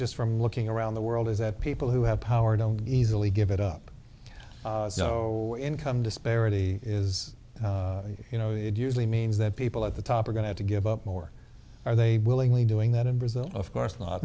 just from looking around the world is that people who have power don't easily give it up or income disparity is you know it usually means that people at the top are going to give up more are they willingly doing that in brazil of course not